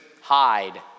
hide